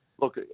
Look